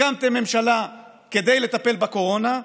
הקמתם ממשלה כדי לטפל בקורונה,